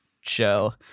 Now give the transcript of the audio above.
show